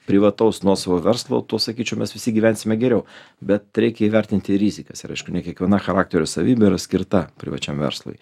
privataus nuosavo verslo tuo sakyčiau mes visi gyvensime geriau bet reikia įvertinti ie rizikas ir aišku ne kiekviena charakterio savybė yra skirta privačiam verslui